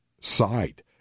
side